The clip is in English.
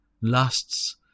Lusts